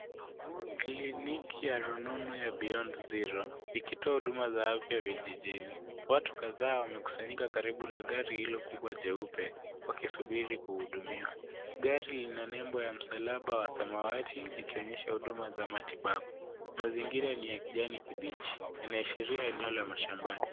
Kliniki ya rununu ya Beyond Zero ikitoa huduma za afya vijijini. Watu kadhaa wamekusanyika karibu na gari hilo kubwa jeupe wakisuburi kuhudumiwa. Gari lina nembo ya msalaba wa samawati likionyesha huduma za matibabu. Mazingira ni ya kijani kibichi. Inaashiria maeneo ya shambani.